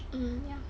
mm ya